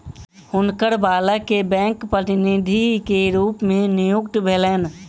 हुनकर बालक के बैंक प्रतिनिधि के रूप में नियुक्ति भेलैन